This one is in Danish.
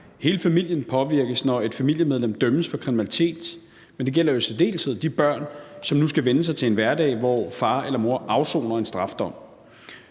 Hele familien påvirkes, når et familiemedlem dømmes for kriminalitet, men det gælder i særdeleshed de børn, som nu skal vænne sig til en hverdag, hvor far eller mor afsoner en straffedom.